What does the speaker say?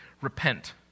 repent